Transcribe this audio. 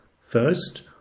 First